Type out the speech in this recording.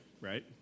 right